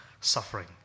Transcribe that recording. suffering